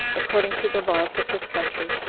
according to the laws of his country,